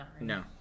No